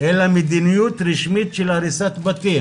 אלא מדיניות רשמית של הריסת בתים.